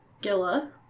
Gilla